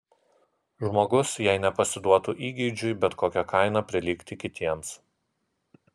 žmogus jei nepasiduotų įgeidžiui bet kokia kaina prilygti kitiems